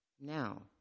Now